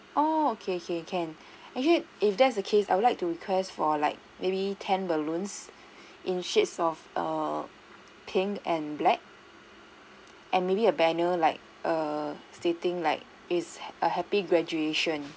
oh okay okay can actually if that's the case I would like to request for like maybe ten balloons in shades of err pink and black and maybe a banner like err stating like it's a happy graduation